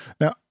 Now